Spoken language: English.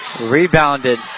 Rebounded